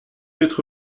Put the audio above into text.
être